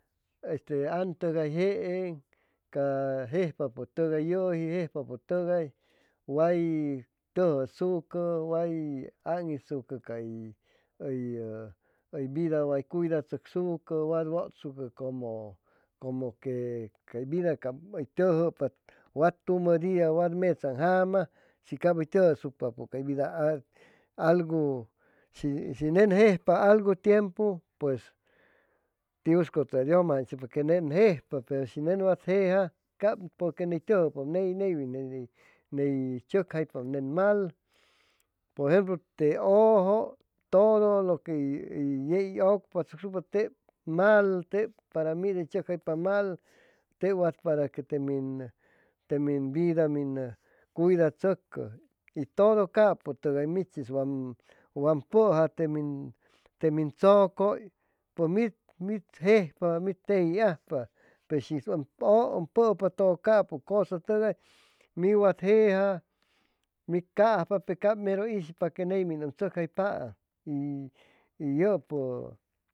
Este antʉgayjeeŋ ca jejpapʉtʉgay yʉji jejpapʉtʉgay way tʉjʉsucʉ way aŋitsucʉ cay hʉy vida way cuidatzʉcsucʉ wat wʉtsucʉ como como que cay vida cap hʉy tʉjʉpa wat tumʉ dia wat metzaaŋ jaama shi cap hʉy tʉjʉsucpapʉ cay vida algu shi shi nen jejpa algu tiempu pues tiuscʉtʉya dios masaŋ que nen jejpa pe shi nen wat jeja cap porque ney tʉjʉpa ney neywin ney tzʉcjaipaam mal por jemplo te ʉʉjʉ todo lo que hʉy hʉy yey ʉcupatzʉcsucpsa mal tep para mid hʉy tzʉcjaipa mal tep wat para que te min te min te min vida ʉm cuidatzʉcʉ y todo capʉtʉgay michi wam min wam pʉja te min tzʉcʉy pʉj mid mid jejpa mi tejiajpa peshi ʉm pʉpa todo capʉ cosa tʉgay mi wat jeja mi cajpa pe cap mero ishipac ca ney min ʉm tzʉcjaipaam y yʉpʉ